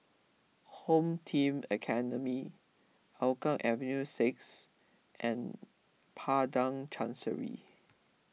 Home Team Academy Hougang Avenue six and Padang Chancery